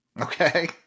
Okay